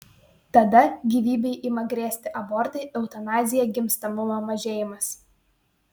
tada gyvybei ima grėsti abortai eutanazija gimstamumo mažėjimas